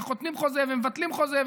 חותמים על חוזה ומבטלים חוזה,